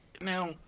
now